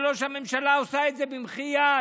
זה לא שהממשלה עושה את זה במחי יד